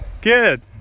good